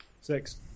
Six